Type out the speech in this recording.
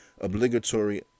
obligatory